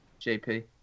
JP